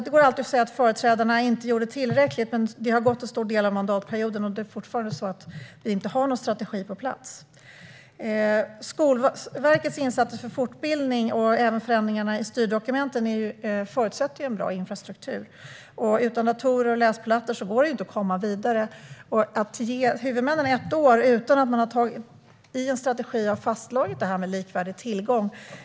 Det går alltid att säga att företrädarna inte gjorde tillräckligt, men en stor del av mandatperioden har gått, och vi har fortfarande inte någon strategi på plats. Skolverkets insatser för fortbildning - och även förändringarna i styrdokumenten - förutsätter en bra infrastruktur. Utan datorer och läsplattor går det inte att komma vidare. Ska man ge huvudmännen ett år utan att man i en strategi har fastslagit detta med likvärdig tillgång?